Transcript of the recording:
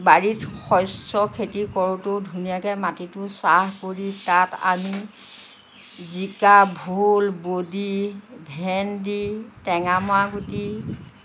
বাৰীত শষ্য খেতি কৰোঁতেও ধুনীয়াকৈ মাটিটো চাহ কৰি তাত আনি জিকা ভোল বডী ভেন্দি টেঙামৰা গুটি